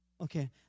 Okay